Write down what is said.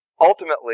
ultimately